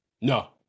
No